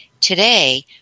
Today